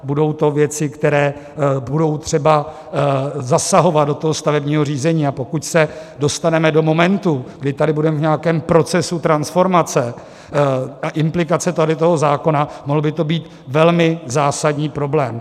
Budou to věci, které budou třeba zasahovat do stavebního řízení, a pokud se dostaneme do momentu, kdy tady budeme v nějakém procesu transformace, implikace toho zákona by mohl být velmi zásadní problém.